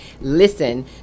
listen